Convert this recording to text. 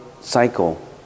cycle